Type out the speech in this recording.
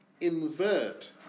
invert